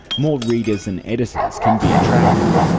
more readers and editors can be attracted.